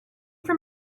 from